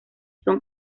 son